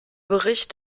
bericht